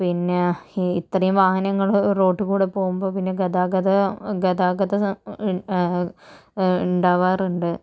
പിന്നെ ഈ ഇത്രയും വാഹനങ്ങൾ റോട്ടിൽ കൂടെ പോകുമ്പോൾ പിന്നെ ഗതാഗത ഗതാഗത ഉണ്ടാകാറുണ്ട്